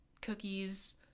cookies